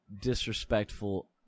disrespectful